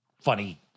funny